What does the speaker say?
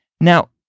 Now